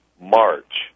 march